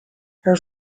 her